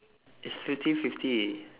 is fifty fifty